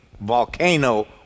volcano